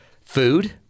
food